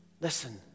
Listen